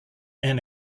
and